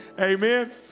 Amen